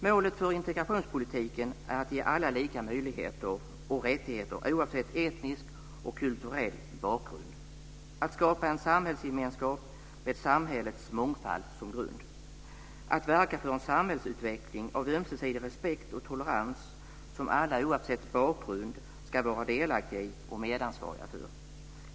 Målet för integrationspolitiken är att ge alla lika möjligheter och rättigheter oavsett etnisk och kulturell bakgrund, att skapa en samhällsgemenskap med samhällets mångfald som grund och att verka för en samhällsutveckling av ömsesidig respekt och tolerans som alla oavsett bakgrund ska vara delaktiga i och medansvariga för.